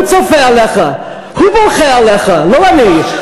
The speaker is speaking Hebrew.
הוא צופה עליך, הוא בוכה עליך, לא אני.